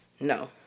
No